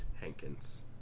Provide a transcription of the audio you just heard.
Hankins